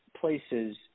places